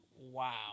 wow